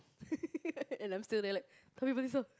and I'm still there like Taufik Batisah